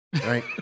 Right